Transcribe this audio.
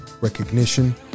recognition